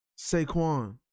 Saquon